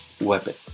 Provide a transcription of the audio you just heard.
weapon